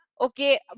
okay